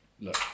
look